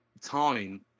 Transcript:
time